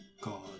god